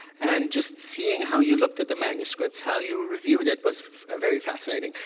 and just seeing how you looked at the manuscripts, how you reviewed it was very fascinating.